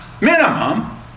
minimum